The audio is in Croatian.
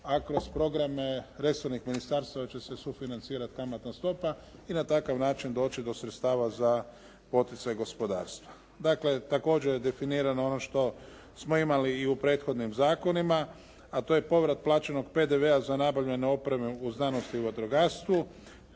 a kroz programe resornih ministarstava će se sufinancirati kamatna stopa i na takav način doći do sredstava za poticaj gospodarstva. Dakle također je definirano ono što smo imali i u prethodnim zakonima, a to je povrat plaćenog PDV-a za nabavljenu opremu u znanost i vatrogastvu,